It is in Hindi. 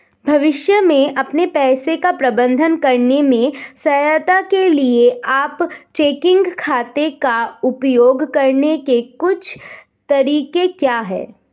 भविष्य में अपने पैसे का प्रबंधन करने में सहायता के लिए आप चेकिंग खाते का उपयोग करने के कुछ तरीके क्या हैं?